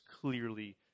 clearly